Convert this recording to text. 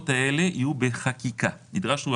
יש לכם